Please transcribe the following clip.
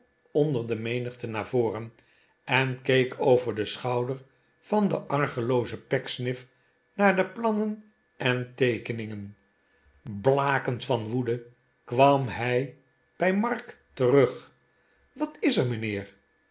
onder de menigte naar voren en keek over den schouder van den argeloozen pecksniff naar de plannen en teekeningen blakend van woede kwam hij bij mark terug wat is er mijnheer